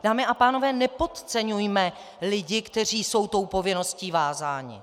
Dámy a pánové, nepodceňujme lidi, kteří jsou povinností vázáni.